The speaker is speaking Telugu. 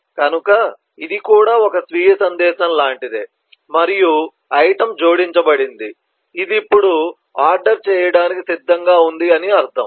కనుక ఇది కూడా ఒక స్వీయ సందేశం లాంటిదే మరియు ఐటెమ్ జోడించబడింది ఇది ఇప్పుడు ఆర్డర్ చేయడానికి సిద్ధంగా ఉంది అని అర్థం